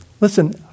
Listen